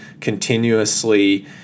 continuously